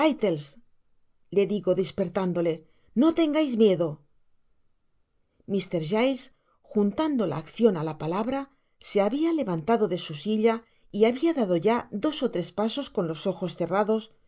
le digo dispertándole no tengais miedo mr giles juntando la accion á la palabra se habia levantado de su silla y habia ya dado dos ó tres pasos con los ojos cerrados